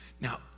Now